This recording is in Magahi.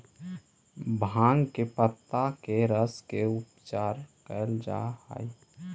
भाँग के पतत्ता के रस से उपचार कैल जा हइ